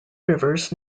rivers